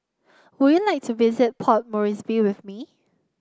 would you like to visit Port Moresby with me